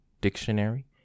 dictionary